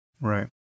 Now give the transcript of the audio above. right